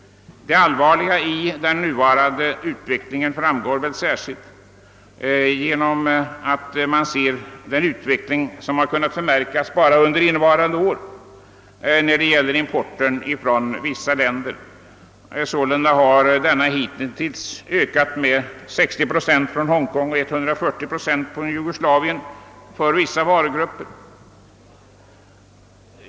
Det allvarliga i den nuvarande utvecklingen framgår särskilt, om man ser på vad som har skett innevarande år vad beträffar importen från vissa länder. Sålunda har importen hitintills ökat med 60 procent från Hongkong och 140 procent från Jugoslavien för vissa varugrupper.